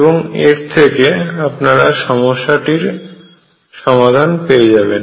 এবং এর থেকে আপনারা সমস্যাটির সমাধান পেয়ে যাবেন